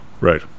Right